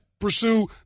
pursue